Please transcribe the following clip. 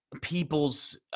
people's –